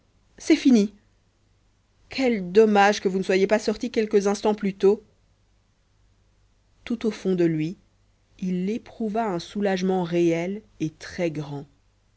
c'est fini quel dommage que vous ne soyez pas sorti quelques instants plus tôt tout au fond de lui il éprouva un soulagement réel et très grand